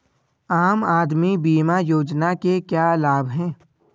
आम आदमी बीमा योजना के क्या लाभ हैं?